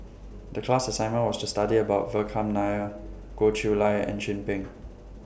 The class assignment was to study about Vikram Nair Goh Chiew Lye and Chin Peng